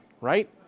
right